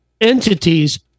entities